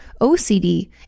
OCD